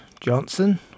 Johnson